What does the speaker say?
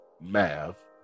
math